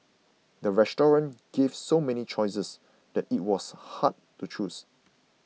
the restaurant gave so many choices that it was hard to choose